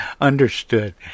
Understood